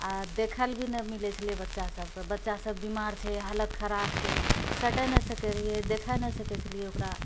आओर देखलऽ भी नहि मिलै छलै बच्चासबके बच्चासब बीमार छै हालत खराब छै सटै नहि सकै रहिए देखै नहि सकै छलिए ओकरा